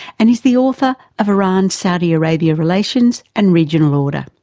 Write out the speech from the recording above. and is the author of iran-saudi arabia relations and regional order.